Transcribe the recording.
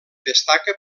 destaca